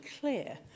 clear